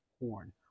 horn